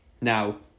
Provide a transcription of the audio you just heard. Now